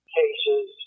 cases